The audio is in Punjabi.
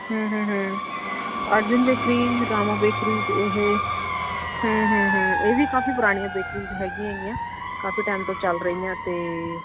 ਹਮ ਹਮ ਹਮ ਅਰਜਨ ਬੇਕਰੀਜ ਰਾਮਾ ਬੇਕਰੀਜ ਇਹ ਹਮ ਹਮ ਹਮ ਇਹ ਵੀ ਕਾਫੀ ਪੁਰਾਣੀਆਂ ਬੇਕਰੀਜ ਹੈਗੀਆਂ ਹੈਗੀਆਂ ਕਾਫੀ ਟਾਈਮ ਤੋਂ ਚੱਲ ਰਹੀਆਂ ਅਤੇ